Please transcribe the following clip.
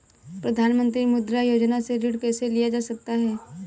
प्रधानमंत्री मुद्रा योजना से ऋण कैसे लिया जा सकता है?